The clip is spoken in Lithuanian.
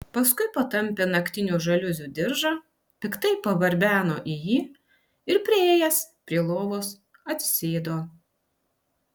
paskui patampė naktinių žaliuzių diržą piktai pabarbeno į jį ir priėjęs prie lovos atsisėdo